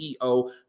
CEO